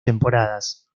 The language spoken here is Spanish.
temporadas